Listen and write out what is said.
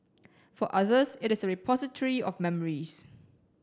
for others it is repository of memories